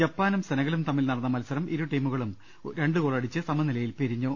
ജപ്പാനും സെനഗലും തമ്മിൽ നടന്ന മത്സരം ഇരു ടീമുകളും രണ്ടു ഗോളടിച്ച് സമനിലയിൽ പിരിഞ്ഞു